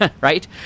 Right